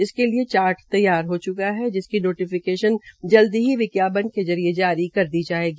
इसके लिये चार्ट तैयार हो च्का है जिसकी नोटीफिकेशन जल्द ही विज्ञापन के जरिये जारी कर दी जायेगी